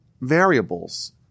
variables